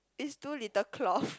it's too little cloth